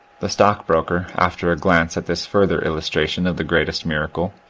the stockbroker, after a glance at this further illustration of the greatest miracle,